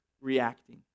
reacting